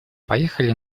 поехали